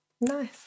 Nice